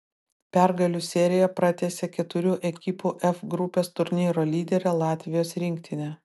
pergalių seriją pratęsė keturių ekipų f grupės turnyro lyderė latvijos rinktinė